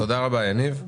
תודה רבה, יניב.